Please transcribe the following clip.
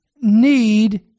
need